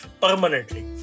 permanently